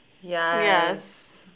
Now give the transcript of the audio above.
Yes